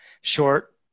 short